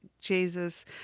jesus